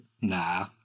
Nah